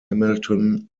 hamilton